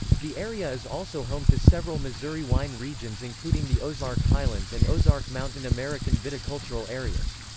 the area is also home to several missouri wine regions including the ozark highlands and ozark mountain american viticultural areas.